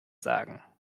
sagen